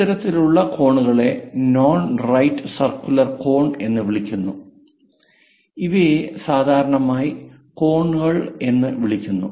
ഇത്തരത്തിലുള്ള കോണുകളെ non right circular cone കൾ എന്ന് വിളിക്കുന്നു ഇവയെ സാധാരണയായി കോണുകൾ എന്ന് വിളിക്കുന്നു